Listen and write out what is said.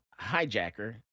hijacker